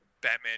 Batman